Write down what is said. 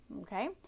okay